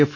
F